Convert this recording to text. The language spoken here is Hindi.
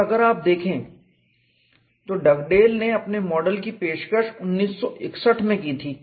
और अगर आप देखें तो डगडेल ने अपने मॉडल की पेशकश 1961 में की थी